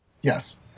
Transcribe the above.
Yes